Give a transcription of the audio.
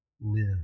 live